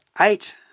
Eight